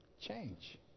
change